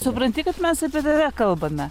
supranti kad mes apie tave kalbame